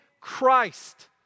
Christ